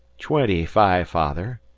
twenty-fife father,